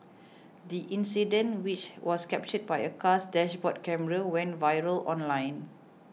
the incident which was captured by a car's dashboard camera went viral online